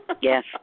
Yes